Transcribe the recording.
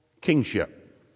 kingship